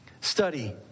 Study